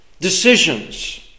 decisions